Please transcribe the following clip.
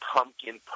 Pumpkin